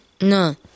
no